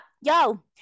yo